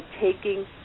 taking